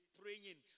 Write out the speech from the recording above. praying